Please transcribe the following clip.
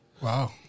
Wow